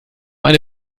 eine